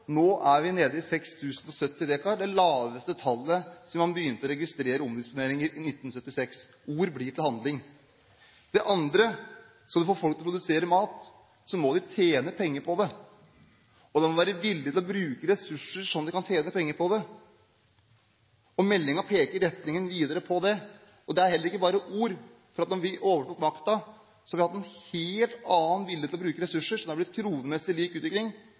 laveste tallet siden man begynte å registrere omdisponeringer i 1976. Ord blir til handling. Det andre er at skal du få folk til å produsere mat, må de tjene penger på det. Man må være villig til å bruke ressurser så de kan tjene penger på det. Meldingen peker i retning av det. Det er heller ikke bare ord, for etter at vi overtok makten, har vi hatt en helt annen vilje til å bruke ressurser, slik at det er blitt kronemessig lik utvikling